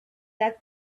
that